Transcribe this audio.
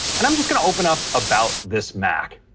and i'm just gonna open up about this mac.